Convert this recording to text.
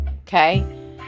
okay